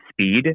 speed